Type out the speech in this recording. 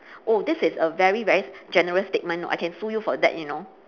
oh this is a very very general statement you know I can sue you for that you know